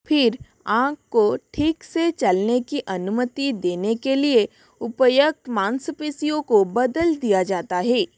फिर आँख को ठीक से चलने की अनुमति देने के लिए उपयुक्त माँसपेशियों को बदल दिया जाता हे